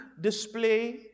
display